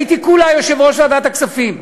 הייתי כולה יושב-ראש ועדת הכספים.